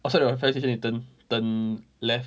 outside your fire station you turn turn left